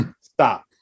Stop